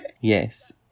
Yes